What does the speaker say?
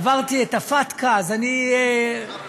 עברתי את ה-FATCA, אז אני נבהלתי.